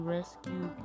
Rescue